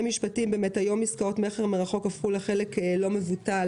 היום עסקאות מכר מרחוק הפכו לחלק לא מבוטל